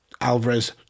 Alvarez